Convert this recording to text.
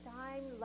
time